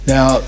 Now